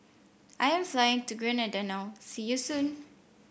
I am flying to Grenada now see you soon